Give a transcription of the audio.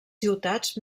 ciutats